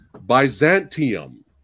Byzantium